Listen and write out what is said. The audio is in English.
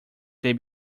they